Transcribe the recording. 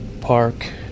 park